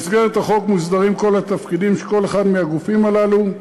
במסגרת החוק מוסדרים כל התפקידים של כל אחד מהגופים הללו,